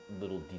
little